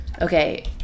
Okay